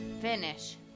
finish